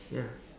ya